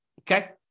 Okay